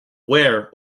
wear